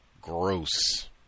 Gross